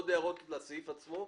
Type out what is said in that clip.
עוד הערות לסעיף עצמו.